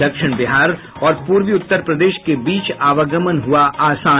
दक्षिण बिहार और पूर्वी उत्तर प्रदेश के बीच आवागमन हुआ आसान